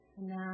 now